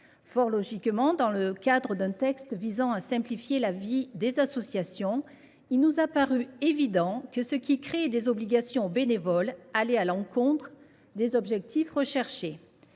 Fort logiquement dans le cadre d’un texte visant à simplifier la vie des associations, il nous a paru évident que les dispositions créant des obligations pour les bénévoles allaient à l’encontre des objectifs fixés.